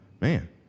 man